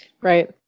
Right